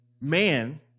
man